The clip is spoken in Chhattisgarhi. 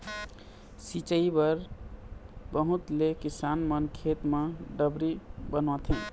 सिंचई बर बहुत ले किसान मन खेत म डबरी बनवाथे